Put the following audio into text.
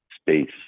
space